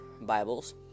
Bibles